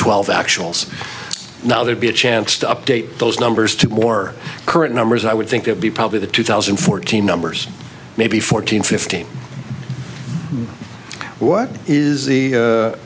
twelve actuals now there'd be a chance to update those numbers to more current numbers i would think that be probably the two thousand and fourteen numbers maybe fourteen fifteen what is the